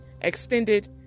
extended